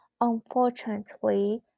Unfortunately